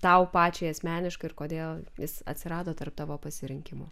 tau pačiai asmeniškai ir kodėl jis atsirado tarp tavo pasirinkimų